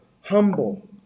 humble